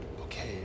okay